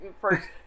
first